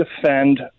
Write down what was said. defend